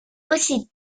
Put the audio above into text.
aussi